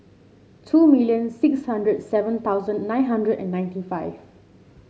two million six hundred and seven thousand nine hundred and ninety five